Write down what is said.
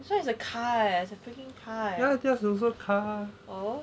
this [one] is a car it's a freaking car eh